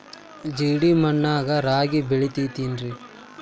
ಜೇಡಿ ಮಣ್ಣಾಗ ರಾಗಿ ಬೆಳಿತೈತೇನ್ರಿ?